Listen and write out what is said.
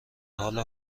حال